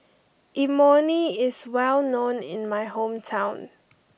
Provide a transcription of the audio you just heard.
Imoni is well known in my hometown